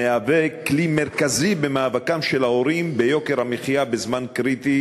המהווה כלי מרכזי במאבקם של ההורים ביוקר המחיה בזמן קריטי